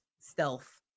stealth